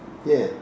ya